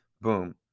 boom